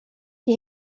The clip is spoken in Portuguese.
que